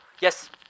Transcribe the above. Yes